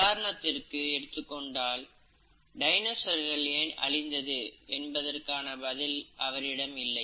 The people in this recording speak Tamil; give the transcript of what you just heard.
உதாரணத்திற்கு எடுத்துக் கொண்டால் டைனோசர்கள் ஏன் அழிந்தது என்பதற்கான பதில் அவரிடம் இல்லை